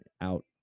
out